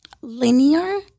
linear